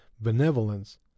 benevolence